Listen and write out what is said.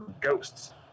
ghosts